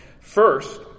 First